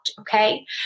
Okay